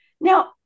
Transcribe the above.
Now